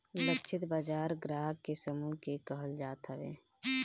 लक्षित बाजार ग्राहक के समूह के कहल जात हवे